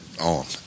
on